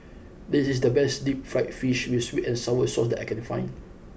this is the best Deep Fried Fish with Sweet and Sour Sauce that I can find